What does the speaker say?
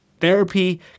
Therapy